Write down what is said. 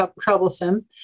troublesome